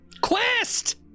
Quest